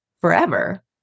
forever